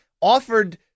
offered